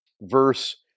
verse